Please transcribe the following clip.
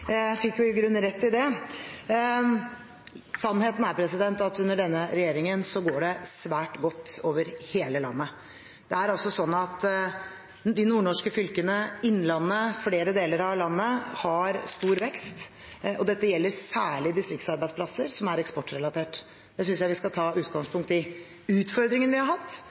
i grunnen rett i det. Sannheten er at under denne regjeringen går det svært godt over hele landet. De nordnorske fylkene, innlandet og flere andre deler av landet har stor vekst, og dette gjelder særlig distriktsarbeidsplasser som er eksportrelatert. Det synes jeg vi skal ta utgangspunkt i. Utfordringene vi har hatt,